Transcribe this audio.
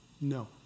No